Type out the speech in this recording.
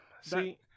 See